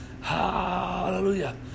hallelujah